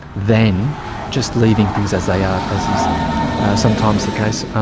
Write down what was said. than just leaving things as they are, as is sometimes the case,